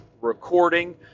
recording